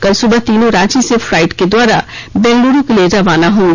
कल सुबह तीनों रांची से फ्लाइट के द्वारा बेंगलुरू के लिए रवाना होगी